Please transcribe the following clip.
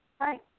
Hi